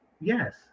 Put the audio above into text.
yes